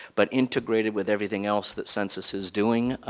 but integrated with everything else that census is doing.